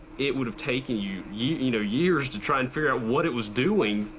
it would have taken you you know years to try and figure out what it was doing.